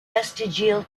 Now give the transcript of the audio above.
vestigial